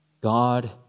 God